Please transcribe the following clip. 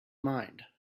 mind